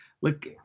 look